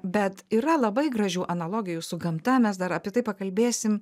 bet yra labai gražių analogijų su gamta mes dar apie tai pakalbėsim